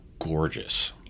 Gorgeous